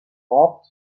robbed